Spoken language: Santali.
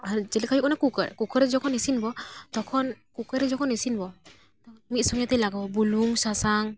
ᱟᱨ ᱡᱮᱞᱮᱠᱟ ᱦᱩᱭᱩᱜ ᱠᱟᱱᱟ ᱠᱩᱠᱟ ᱨ ᱠᱩᱠᱟ ᱨ ᱨᱮ ᱡᱚᱠᱷᱚᱱ ᱤᱥᱤᱱᱟᱵᱚ ᱛᱚᱠᱷᱚᱱ ᱠᱩᱠᱟᱨ ᱨᱮ ᱡᱚᱠᱷᱚᱱ ᱤᱥᱤᱱᱟᱵᱚ ᱢᱤᱫ ᱥᱚᱜᱮ ᱛᱮ ᱞᱟᱜᱟᱣ ᱟᱵᱚ ᱵᱩᱞᱩᱝ ᱥᱟᱥᱟᱝ